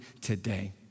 today